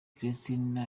kristina